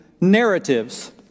narratives